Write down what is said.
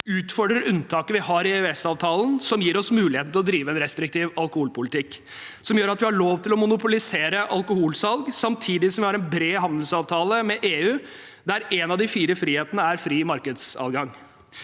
utfordrer unntaket vi har i EØSavtalen som gir oss muligheten til å drive en restriktiv alkoholpolitikk, og som gjør at vi har lov til å monopolisere alkoholsalg, samtidig som vi har en bred handelsavtale med EU der en av de fire frihetene er fri markedsadgang.